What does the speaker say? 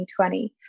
2020